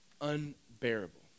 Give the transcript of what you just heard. unbearable